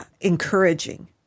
encouraging